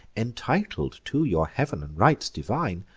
entitled to your heav'n and rites divine,